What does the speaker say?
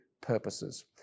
purposes